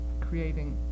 creating